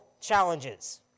challenges